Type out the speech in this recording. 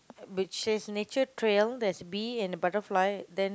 which says nature trail there's bee and butterfly then